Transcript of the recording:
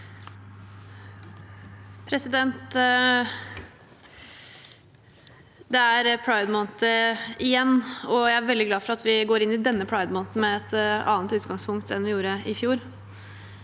Det er pridemå- ned igjen, og jeg er veldig glad for at vi går inn i denne pridemåneden med et annet utgangspunkt enn vi gjorde i fjor.